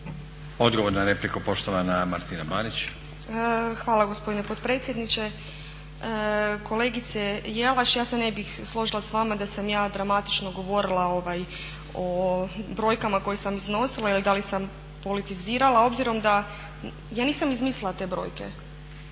Odgovor na repliku poštovana Martina Banić. **Banić, Martina (HDZ)** Hvala gospodine potpredsjedniče. Kolegica Jelaš, ja se ne bih složila s vama da sam ja dramatično govorila o brojkama koje sam iznosila ili da li sam politizirala obzirom da ja nisam izmislila te brojke.